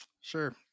Sure